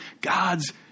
God's